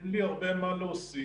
אין לי הרבה מה להוסיף.